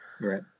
Right